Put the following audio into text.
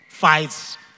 fights